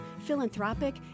philanthropic